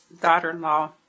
daughter-in-law